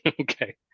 Okay